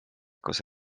koos